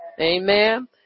Amen